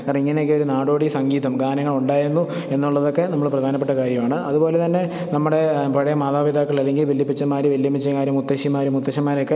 കാരണം ഇങ്ങനെ ഒക്കെ ഒരു നാടോടി സംഗീതം ഗാനങ്ങൾ ഉണ്ടായിരുന്നു എന്നുള്ളതൊക്കെ നമ്മുടെ പ്രധാനപ്പെട്ട കാര്യമാണ് അതുപോലെ തന്നെ നമ്മുടെ പഴയ മാതാപിതാക്കൾ അല്ലെങ്കിൽ വല്യപ്പച്ചൻമ്മാരും വല്യമ്മച്ചിമാരും മുത്തശ്ശിമാരും മുത്തശ്ശൻമാരൊക്കെ